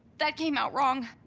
that came out wrong.